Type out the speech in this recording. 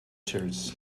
cherries